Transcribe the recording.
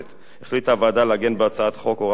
החליטה הוועדה לעגן בהצעת החוק הוראה בעניין זה,